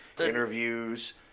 Interviews